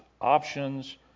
options